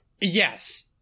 Yes